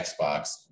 Xbox